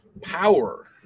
power